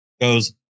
goes